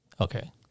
okay